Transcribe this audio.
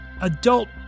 adult